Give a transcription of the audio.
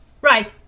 Right